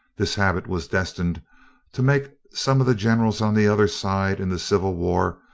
this habit was destined to make some of the generals on the other side, in the civil war,